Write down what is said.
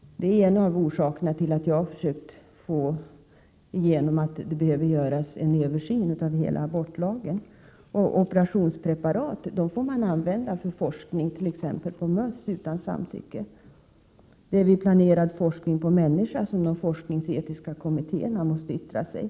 Det är en av orsakerna till att jag har försökt få igenom att det behöver göras en översyn av hela abortlagen. Operationspreparat får man använda för forskning t.ex. på möss utan samtycke. Det är vid planerad forskning på människa som de Prot. 1987/88:136 forskningsetiska kommittéerna måste yttra sig.